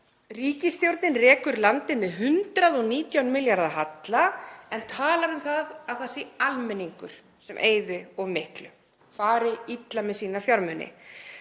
Ríkisstjórnin rekur landið með 119 milljarða halla en talar um að það sé almenningur sem eyði of miklu, fari illa með sína fjármuni.